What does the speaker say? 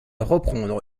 reprendre